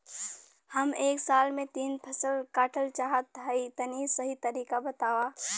हम एक साल में तीन फसल काटल चाहत हइं तनि सही तरीका बतावा?